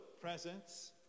presence